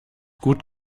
gut